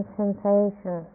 sensation